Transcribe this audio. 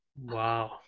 Wow